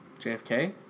JFK